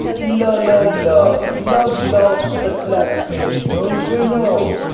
la, la, la! love laughs at blacksmiths! don' cher know!